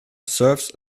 serves